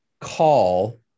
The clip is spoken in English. call